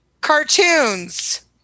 cartoons